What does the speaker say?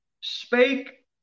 spake